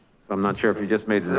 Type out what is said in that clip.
so i'm not sure if you just made